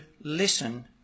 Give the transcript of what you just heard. listen